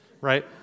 right